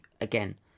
again